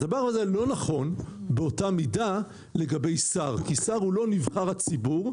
הדבר הזה לא נכון באותה מידה לגבי שר כי שר הוא לא נבחר הציבור,